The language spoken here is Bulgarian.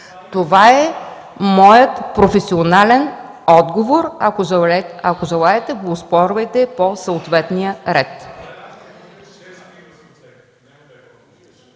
Това е моят професионален отговор. Ако желаете, го оспорвайте по съответния ред.